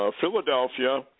Philadelphia